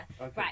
Right